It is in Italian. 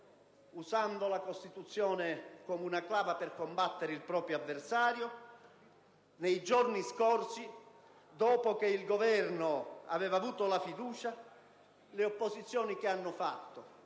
usando la Costituzione come una clava per combattere il proprio avversario, e nei giorni scorsi dopo che il Governo aveva avuto la fiducia. Le opposizioni che hanno fatto?